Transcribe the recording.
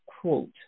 quote